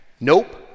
nope